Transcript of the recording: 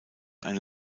eine